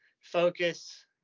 Focus